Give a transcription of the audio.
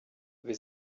wir